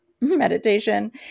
meditation